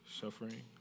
suffering